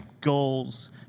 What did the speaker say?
goals